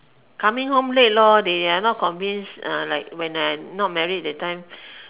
coming home late lor they are not convinced uh like when I not married that time